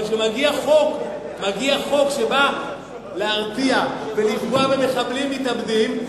אבל כשמגיע חוק שנועד להרתיע ולפגוע במחבלים מתאבדים,